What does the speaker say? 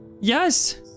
yes